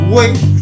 Wait